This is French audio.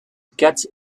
katz